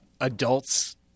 adults